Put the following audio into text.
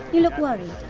you look worried.